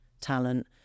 talent